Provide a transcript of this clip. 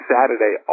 Saturday